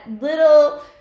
little